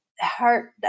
heart